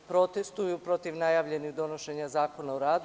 Oni protestuju protiv najavljenih donošenja zakona o radu.